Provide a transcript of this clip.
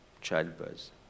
childbirth